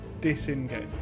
disengage